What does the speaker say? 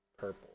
purple